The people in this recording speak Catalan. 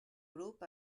grup